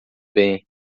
bem